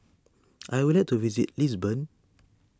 I would like to visit Lisbon